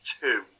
two